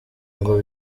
ngo